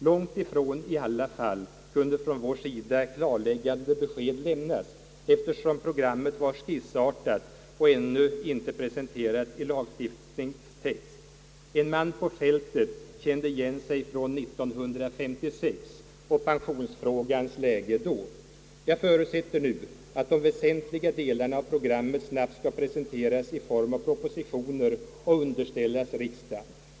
Långt ifrån i alla fall kunde från vår sida klarläggande besked lämnas, eftersom programmet var skissartat och ännu inte presenterat i lagstiftningstext. En man på fältet kände igen sig från 1956 och pensionsfrågans läge då. Jag förutsätter nu att de väsentliga delarna av programmet snabbt skall presenteras i form av propositioner och underställas riksdagen.